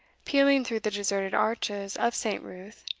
pealing through the deserted arches of st. ruth,